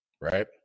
Right